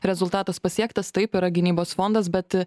rezultatas pasiektas taip yra gynybos fondas bet